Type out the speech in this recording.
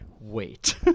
wait